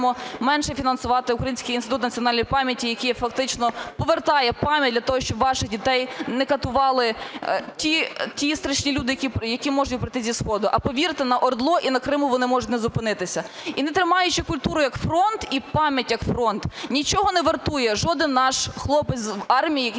менше фінансувати Український інститут національної пам'яті, який фактично повертає пам'ять для того, щоб ваших дітей не катували ті страшні люди, які можуть прийти зі сходу. А повірте на ОРДЛО і на Криму вони можуть не зупинитися. І не тримаючи культуру як фронт і пам'ять як фронт, нічого не вартує жоден наш хлопець з армії, який